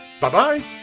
Bye-bye